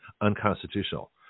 unconstitutional